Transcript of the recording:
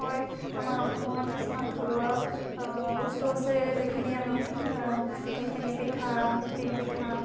হয় আমাৰ অসমৰ কিছুমান থলুৱা বস্তু আছে যিখিনি আমি সেইখিনি পিঠা তিলপিঠা